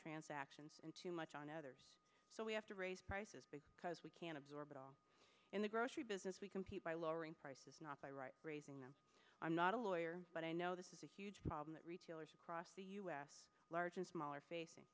transactions and too much on others so we have to raise prices because we can't absorb it all in the growth business we compete by lowering prices not by right raising them i'm not a lawyer but i know this is a huge problem that retailers across the u s large and small are facing